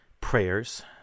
prayers